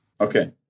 Okay